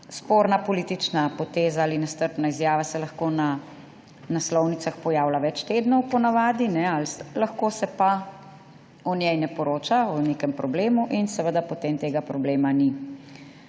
Sporna politična poteza ali nestrpna izjava se lahko na naslovnicah pojavlja več tednov, po navadi, lahko se pa o njej ne poroča, o nekem problemu, in seveda potem tega problema ni.